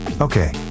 Okay